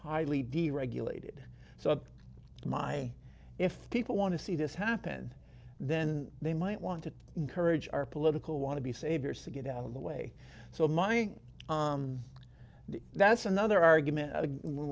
highly deregulated so my if people want to see this happen then they might want to encourage our political want to be saviors to get out of the way so money that's another